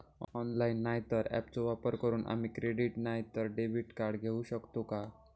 Online नाय तर ऍपचो वापर करून आम्ही क्रेडिट नाय तर डेबिट कार्ड घेऊ शकतो का?